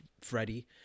freddie